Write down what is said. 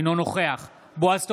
אינו נוכח בועז טופורובסקי,